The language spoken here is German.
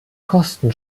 kosten